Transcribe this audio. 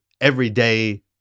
everyday